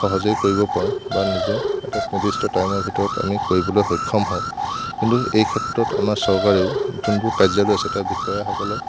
সহজেই কৰিব পাৰোঁ বা নিজা এটা নিৰ্দিষ্ট টাইমৰ ভিতৰত আমি কৰিবলৈ সক্ষম হওঁ কিন্তু এই ক্ষেত্ৰত আমাৰ চৰকাৰেও যোনবোৰ কাৰ্যালয় আছে তাৰ বিষয়াসকলক